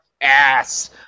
ass